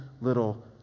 little